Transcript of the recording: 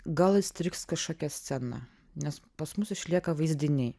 gal įstrigs kažkokia scena nes pas mus išlieka vaizdiniai